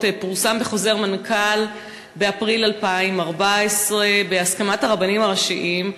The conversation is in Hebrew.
פורסם בחוזר מנכ"ל באפריל 2014 בהסכמת הרבנים הראשיים,